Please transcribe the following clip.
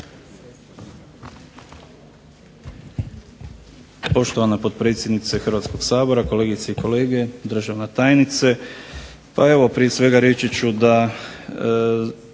Poštovan potpredsjednice Hrvatskog sabora, kolegice i kolege, državna tajnice. Pa evo prije svega reći ću da